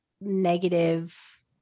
negative